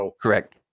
Correct